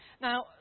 Now